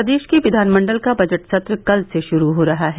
प्रदेश के विधानमण्डल का बजट सत्र कल से शुरू हो रहा है